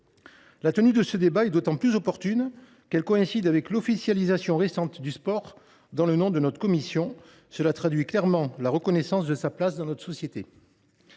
La tenue de ce débat est d’autant plus opportune qu’elle coïncide avec l’officialisation récente du sport dans le nom de notre commission, traduisant clairement la reconnaissance de la place que celui ci